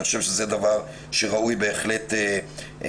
אני חושב שזה דבר שראוי בהחלט לזרז.